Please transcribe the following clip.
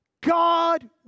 God